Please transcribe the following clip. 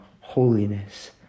holiness